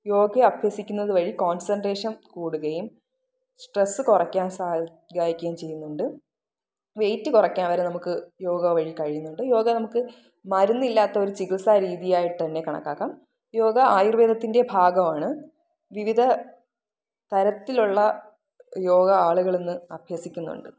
യോഗ അഭ്യസിക്കുന്നത് വഴി കോണ്സന്ട്രേഷന് കൂടുകയും സ്ട്രെസ് കുറയ്ക്കാൻ സഹായിക്കുകയും ചെയ്യുന്നുണ്ട് വെയിറ്റ് കുറയ്ക്കാൻ വരെ നമുക്ക് യോഗ വഴി കഴിയുന്നുണ്ട് യോഗ നമുക്ക് മരുന്നില്ലാത്ത ഒരു ചികിത്സാ രീതിയായിട്ടു തന്നെ കണക്കാക്കാം യോഗ ആയുര്വേദത്തിന്റെ ഭാഗമാണ് വിവിധ തരത്തിലുള്ള യോഗ ആളുകള് ഇന്ന് അഭ്യസിക്കുന്നുണ്ട്